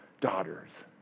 daughters